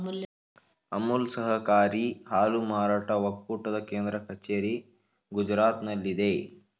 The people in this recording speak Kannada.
ಅಮುಲ್ ಸಹಕಾರಿ ಹಾಲು ಮಾರಾಟ ಒಕ್ಕೂಟದ ಕೇಂದ್ರ ಕಚೇರಿ ಗುಜರಾತ್ನಲ್ಲಿದೆ